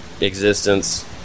existence